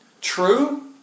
True